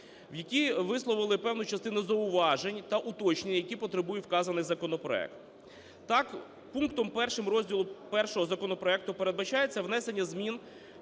які висловили певну частину зауважень та уточнень, які потребує вказаний законопроект. Так, пунктом 1 розділу І законопроекту передбачається внесення змін